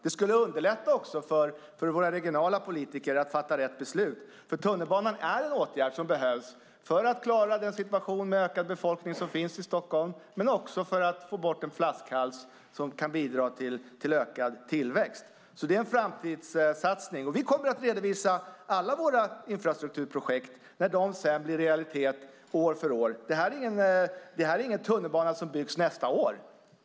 Det skulle också underlätta för våra regionala politiker att fatta rätt beslut, för tunnelbanan är en åtgärd som behövs för att klara den situation med en ökad befolkning som finns i Stockholm men också för att få bort en flaskhals och bidra till ökad tillväxt. Det är en framtidssatsning. Vi kommer att redovisa alla våra infrastrukturprojekt när de blir realitet år för år. Detta är ingen tunnelbana som byggs nästa år.